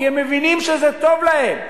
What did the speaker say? כי הם מבינים שזה טוב להם.